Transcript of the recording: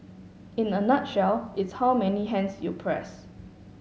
in a nutshell it's how many hands you press